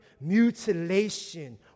mutilation